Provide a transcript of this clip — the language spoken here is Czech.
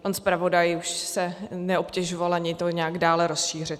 Pan zpravodaj už se neobtěžoval ani to nějak dále rozšířit.